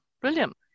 brilliant